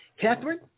Catherine